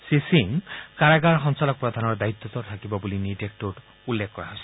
শ্ৰীসিং কাৰাগাৰ সঞ্চালকপ্ৰধানৰ দায়িত্বতো থাকিব বুলি নিৰ্দেশটোত উল্লেখ কৰা হৈছে